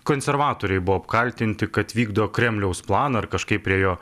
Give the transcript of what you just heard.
konservatoriai buvo apkaltinti kad vykdo kremliaus planą ar kažkaip prie jo